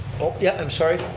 yeah, i'm sorry.